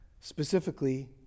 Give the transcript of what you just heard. Specifically